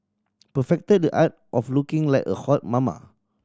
perfected the art of looking like a hot mama